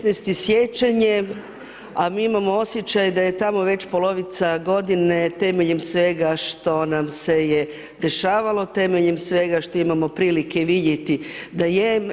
16. siječanj je, a mi imamo osjećaj da je tamo već polovica godine temeljem svega što nam se je dešavalo, temeljem svega što imamo prilike vidjeti da je.